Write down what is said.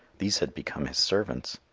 these had become his servants.